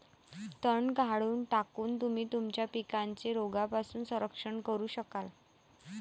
तण काढून टाकून, तुम्ही तुमच्या पिकांचे रोगांपासून संरक्षण करू शकाल